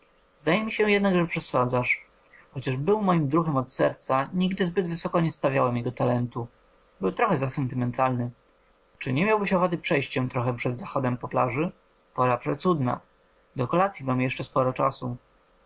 zdaje mi się jednak że przesadzasz chociaż był moim druhem od serca nigdy zbyt wysoko nie stawiałem jego talentu był trochę za sentymentalny czy nie miałbyś ochoty przejść się trochę przed zachodem po plaży pora przecudna do kolacyi mamy jeszcze sporo czasu